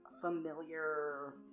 Familiar